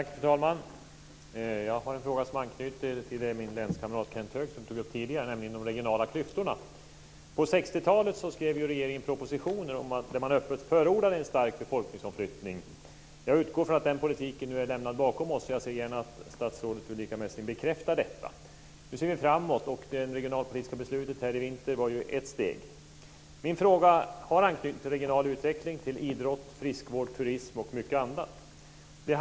Fru talman! Jag har en fråga som knyter an till det min länskamrat Kenth Högström tog upp tidigare, nämligen de regionala klyftorna. På 60-talet skrev regeringen propositioner där man öppet förordade en stark befolkningsomflyttning. Jag utgår från att den politiken är lämnad bakom oss. Jag ser gärna att statsrådet Ulrica Messing bekräftar detta. Nu ser vi framåt. Det regionalpolitiska beslutet i vintras var ett steg. Min fråga har anknytning till regional utveckling, till idrott, friskvård, turism och mycket annat.